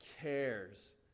cares